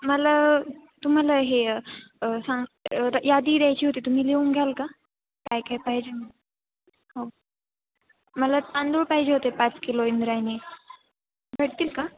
मला तुम्हाला हे सांग यादी द्यायची होती तुम्ही लिहून घ्याल का काय काय पाहिजे हो मला तांदूळ पाहिजे होते पाच किलो इंद्रायणी भेटतील का